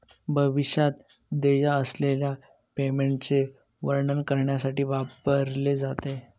भविष्यात देय असलेल्या पेमेंटचे वर्णन करण्यासाठी वापरले जाते